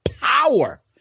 Power